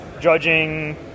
Judging